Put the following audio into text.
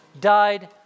died